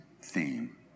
theme